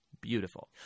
beautiful